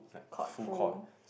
caught full